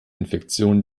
infektionen